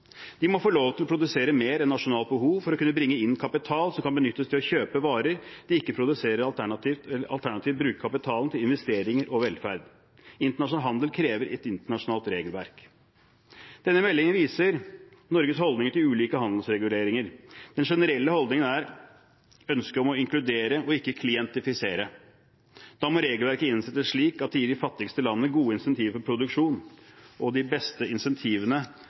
De må få lov til å produsere mer enn nasjonalt behov for å kunne bringe inn kapital som kan benyttes til å kjøpe varer de ikke produserer, og alternativt bruke kapitalen til investeringer og velferd. Internasjonal handel krever et internasjonalt regelverk. Denne meldingen viser Norges holdninger til ulike handelsreguleringer. Den generelle holdningen er et ønske om å inkludere og ikke klientifisere. Da må regelverket innrettes slik at det gir de fattigste landene gode incentiver for produksjon, og de beste